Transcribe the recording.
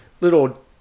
little